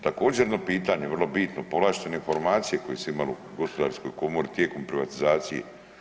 Također jedno pitanje, vrlo bitno, povlaštene informacije koje su imali u gospodarskoj komori tijekom privatizacije.